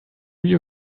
you